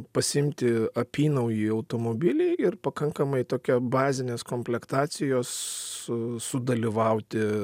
pasiimti apynaujį automobilį ir pakankamai tokia bazinės komplektacijos sudalyvauti